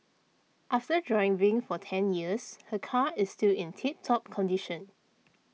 after driving for ten years her car is still in tip top condition